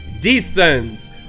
descends